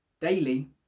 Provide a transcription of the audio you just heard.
Daily